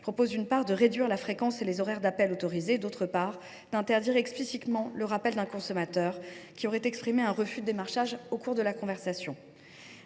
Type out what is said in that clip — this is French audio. propose ainsi, d’une part, de réduire la fréquence et les horaires d’appel autorisés, de l’autre, d’interdire explicitement le rappel d’un consommateur ayant exprimé son refus d’être démarché au cours de la conversation.